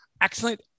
Excellent